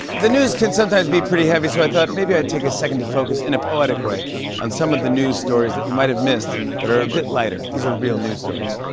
the news can sometimes be pretty heavy, so i thought maybe i'd take a second to focus in a poetic way on some of the news stories that you might have missed that are a big lighter. these are real news stories.